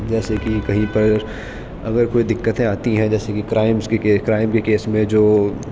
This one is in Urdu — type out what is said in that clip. جیسے کہ کہیں پر اگر کوئی دقتیں آتی ہیں جیسے کہ کرائمس کی کے کرائم کے کیس میں جو